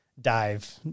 dive